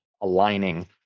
aligning